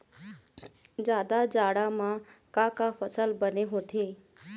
जादा जाड़ा म का का फसल बने होथे?